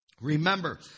Remember